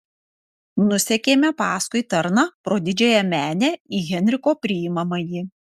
nusekėme paskui tarną pro didžiąją menę į henriko priimamąjį